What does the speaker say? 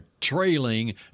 trailing